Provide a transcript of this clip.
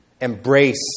embrace